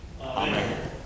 Amen